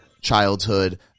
childhood